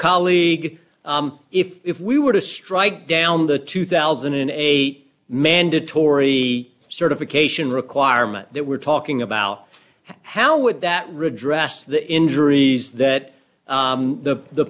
colleague if if we were to strike down the two thousand and eight mandatory certification requirement that we're talking about how would that redress the injuries that the